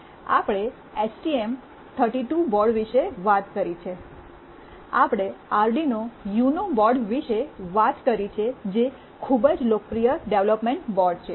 આપણે STM 32 board વિશે વાત કરી છે આપણે આર્ડિનો યુનો બોર્ડ વિશે વાત કરી છે જે ખૂબ જ લોકપ્રિય ડેવલપમેન્ટ બોર્ડ છે